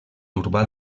urbà